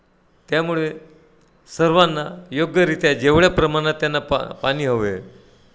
त्यामुळे सर्वांना योग्यरित्या जेवढ्या प्रमाणात त्यांना पा पाणी हवे